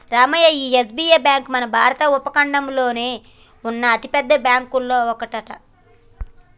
రామయ్య ఈ SBI bank మన భారత ఉపఖండంలోనే ఉన్న అతిపెద్ద బ్యాంకులో ఒకటట